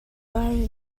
lies